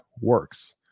works